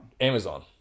Amazon